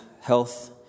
health